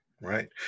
Right